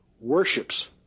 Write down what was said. worships